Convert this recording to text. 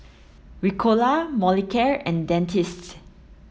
Ricola Molicare and Dentiste